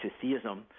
theism